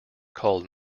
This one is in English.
called